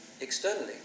externally